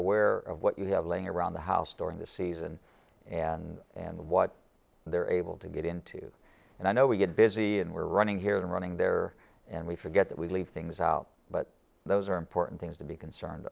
aware of what you have laying around the house during the season and and what they're able to get into and i know we get busy and we're running here and running there and we forget that we leave things out but those are important things to be concerned